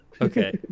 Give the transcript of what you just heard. Okay